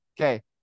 okay